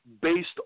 Based